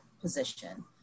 position